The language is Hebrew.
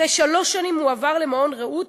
אחרי שלוש שנים הוא הועבר למעון "רעות",